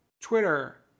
Twitter